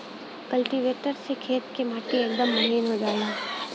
cultivator से खेत क माटी एकदम महीन हो जाला